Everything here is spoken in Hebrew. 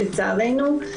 לצערנו.